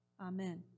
Amen